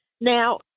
Now